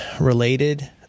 related